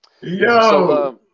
Yo